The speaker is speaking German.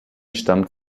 stammt